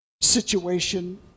situation